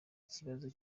ikibazo